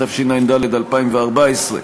התשע"ד 2014,